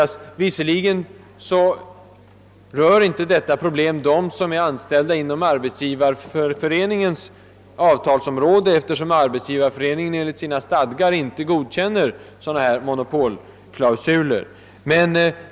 Visserligen berörs inte de som är anställda inom Arbetsgivareföreningens avtalsområde, eftersom Arbetsgivareföreningen enligt sina stadgar inte godkänner sådana här monopolklausuler.